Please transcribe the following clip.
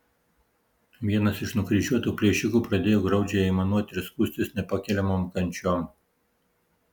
vienas iš nukryžiuotų plėšikų pradėjo graudžiai aimanuoti ir skųstis nepakeliamom kančiom